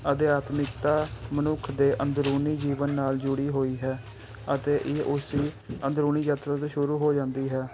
ਅਧਿਆਤਮਿਕਤਾ ਮਨੁੱਖ ਦੇ ਅੰਦਰੂਨੀ ਜੀਵਨ ਨਾਲ ਜੁੜੀ ਹੋਈ ਹੈ ਅਤੇ ਇਹ ਉਸੀ ਅੰਦਰੂਨੀ ਯਾਤਰਾ 'ਤੇ ਸ਼ੁਰੂ ਹੋ ਜਾਂਦੀ ਹੈ